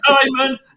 Simon